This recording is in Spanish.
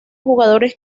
jugadores